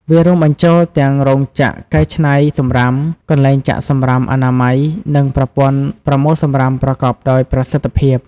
វារួមបញ្ចូលទាំងរោងចក្រកែច្នៃសំរាម កន្លែងចាក់សំរាមអនាម័យ និងប្រព័ន្ធប្រមូលសំរាមប្រកបដោយប្រសិទ្ធភាព។